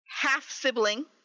half-sibling